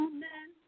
Amen